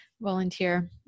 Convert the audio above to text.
volunteer